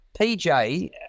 PJ